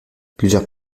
plusieurs